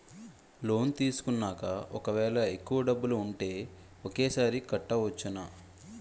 Loan తీసుకున్నాక ఒకవేళ ఎక్కువ డబ్బులు ఉంటే ఒకేసారి కట్టవచ్చున?